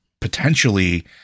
potentially